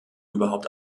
überhaupt